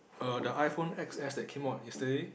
err the iPhone X_S that came out yesterday